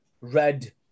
red